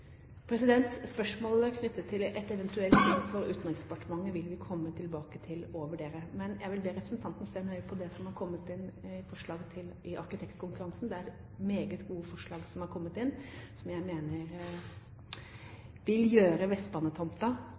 Spørsmålet knyttet til et eventuelt bygg for Utenriksdepartementet vil vi komme tilbake til og vurdere. Jeg vil be representanten se nøye på det som har kommet inn av forslag i arkitektkonkurransen. Det er meget gode forslag som har kommet inn, som jeg mener vil gjøre